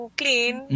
clean